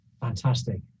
Fantastic